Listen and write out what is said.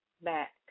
back